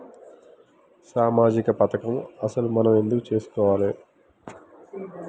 సామాజిక పథకం అసలు మనం ఎందుకు చేస్కోవాలే?